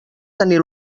tenir